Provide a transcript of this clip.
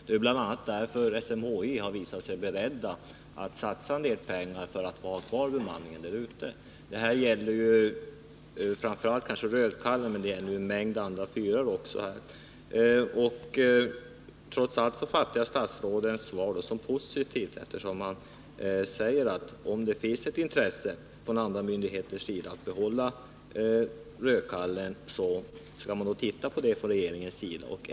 Det är bl.a. därför SMHI har visat sig berett att satsa en del pengar för att få ha kvar bemanningen där. Det här gäller framför allt Rödkallen, men det gäller också en mängd andra fyrar. Och trots allt fattar jag statsrådets svar som positivt, eftersom han säger att om det finns intresse från andra myndigheters sida att uppehålla verksamheten vid Rödkallen skall regeringen titta på det hela.